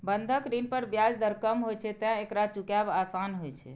बंधक ऋण पर ब्याज दर कम होइ छैं, तें एकरा चुकायब आसान होइ छै